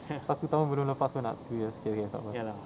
satu tahun belum lepas kau nak two years okay okay tak apa